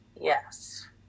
yes